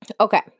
Okay